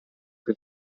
quei